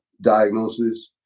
diagnosis